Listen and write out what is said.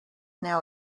now